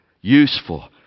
Useful